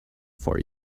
for